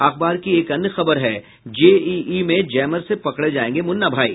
अखबार की एक अन्य खबर है जेईई में जैमर से पकड़े जायेंगे मुन्ना भाई